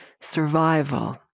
survival